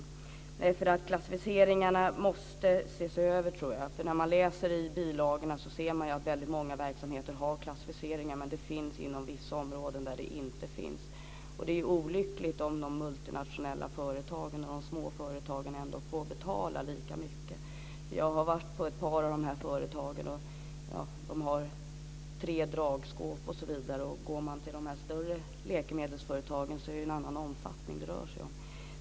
Jag tror att klassificeringarna måste ses över, för när man läser bilagorna ser man att väldigt många verksamheter har klassificeringar men att det inom vissa områden inte finns. Det är ju olyckligt om de multinationella företagen och de små företagen får betala lika mycket. Jag har varit på ett par av de här företagen där man har tre dragskåp osv. Går man till de större läkemedelsföretagen ser man ju att det är en annan omfattning det rör sig om.